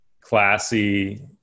classy